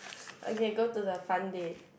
okay go to the front deck